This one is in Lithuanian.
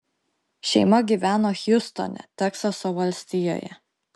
šeima gyveno hjustone teksaso valstijoje